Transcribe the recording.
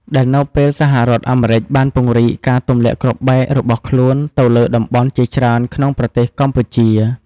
ដែលនៅពេលសហរដ្ឋអាមេរិកបានពង្រីកការទម្លាក់គ្រាប់បែករបស់ខ្លួនទៅលើតំបន់ជាច្រើនក្នុងប្រទេសកម្ពុជា។